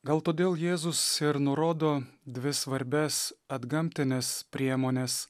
gal todėl jėzus ir nurodo dvi svarbias antgamtines priemones